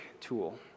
tool